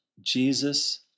Jesus